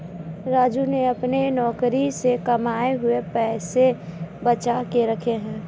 राजू ने अपने नौकरी से कमाए हुए पैसे बचा के रखे हैं